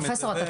פרופ' אש,